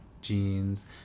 jeans